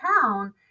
town